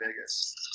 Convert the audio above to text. Vegas